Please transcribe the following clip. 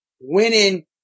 winning